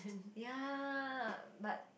ya but